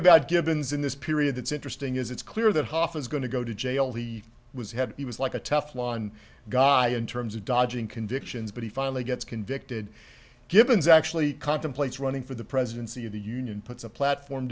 about givens in the period that's interesting is it's clear that hoffa is going to go to jail he was had he was like a tough line guy in terms of dodging convictions but he finally gets convicted givens actually contemplates running for the presidency of the union puts a platform